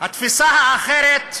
התפיסה האחרת,